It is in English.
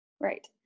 Right